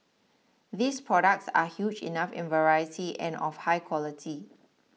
these products are huge enough in variety and of high quality